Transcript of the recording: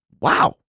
wow